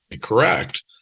correct